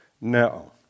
no